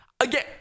Again